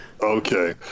Okay